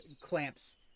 clamps